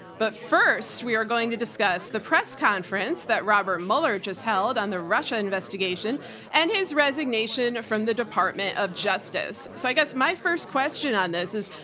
but first, we are going to discuss the press conference that robert mueller just held on the russia investigation and his resignation from the department of justice. so i guess my first question on this is,